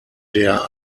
der